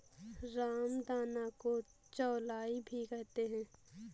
रामदाना को चौलाई भी कहते हैं